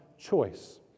choice